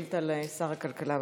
שאילתה מס' 266 לשר הכלכלה והתעשייה.